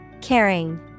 Caring